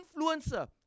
Influencer